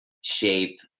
shape